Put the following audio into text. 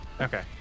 okay